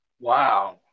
Wow